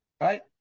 right